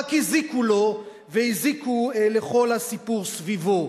רק הזיקו לו והזיקו לכל הסיפור סביבו.